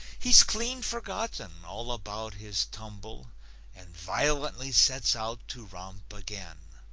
he's clean forgotten all about his tumble and violently sets out to romp again.